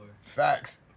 Facts